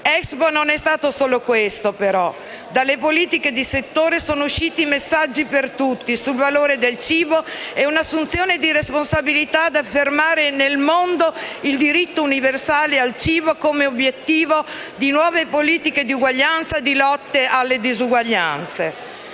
però non è stato solo questo. Dalle politiche di settore sono usciti messaggi per tutti sul valore del cibo e un'assunzione di responsabilità ad affermare nel mondo il diritto universale al cibo come obiettivo per nuove politiche di uguaglianza e lotta alle disuguaglianze.